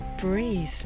breathe